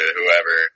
whoever